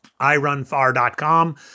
irunfar.com